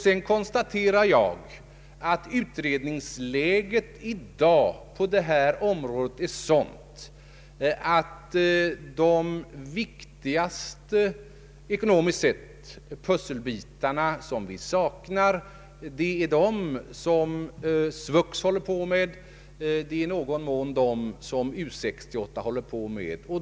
Sedan konstaterar jag att utredningsläget i dag på detta område är sådant att de ekonomiskt sett viktigaste pusselbitarna som vi saknar är de som SVUX och i någon mån U 68 håller på med.